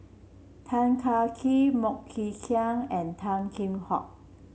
Tan Kah Kee MoK Ying Jang and Tan Kheam Hock